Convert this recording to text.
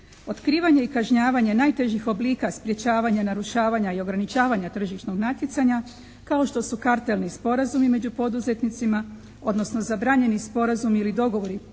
Otkrivanje i kažnjavanje najtežih oblika sprječavanja, narušavanja i ograničavanja tržišnog natjecanja kao što su cartelni sporazumi među poduzetnicima, odnosno zabranjeni sporazumi ili dogovorit primjerice